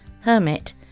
hermit